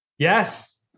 Yes